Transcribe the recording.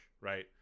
right